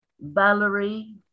Valerie